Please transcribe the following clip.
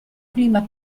clima